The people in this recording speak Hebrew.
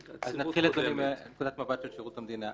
נתחיל את זה מנקודת המבט של שירות המדינה.